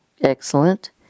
excellent